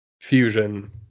Fusion